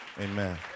amen